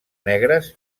negres